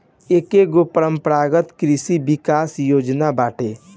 एकेगो परम्परागत कृषि विकास योजना बाटे